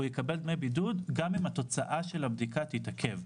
הוא יקבל דמי בידוד גם אם התוצאה של הבדיקה תתעכב.